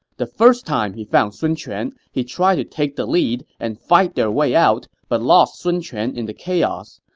the first time he found sun quan, he tried to take the lead and fight their way out, but lost sun quan in the chaos.